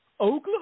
Oklahoma